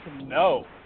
no